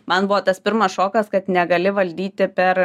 man buvo tas pirmas šokas kad negali valdyti per